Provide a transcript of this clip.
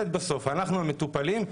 המטופלים,